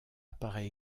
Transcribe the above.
apparaît